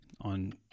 on